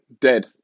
dead